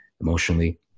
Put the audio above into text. emotionally